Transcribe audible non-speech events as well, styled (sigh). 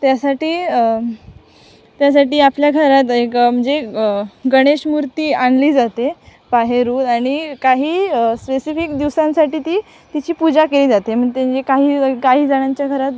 त्यासाठी त्यासाठी आपल्या घरात एक म्हणजे गणेश मूर्ती आणली जाते बाहेरून आणि काही स्पेसिफिक दिवसांसाठी ती तिची पूजा केली जाते मग (unintelligible) काही काही जणांच्या घरात